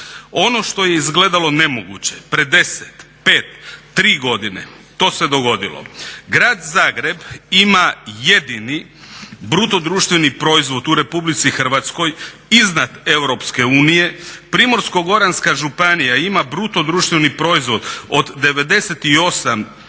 Ono što je izgledalo nemoguće pred 10, 5, 3 godine to se dogodilo. Grad Zagreb ima jedini bruto društveni proizvod u Republici Hrvatskoj iznad Europske unije. Primorsko-goranska županija ima bruto društveni proizvod od 98 tisuća